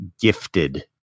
gifted